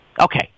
Okay